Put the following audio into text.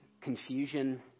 confusion